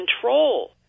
control